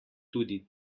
tudi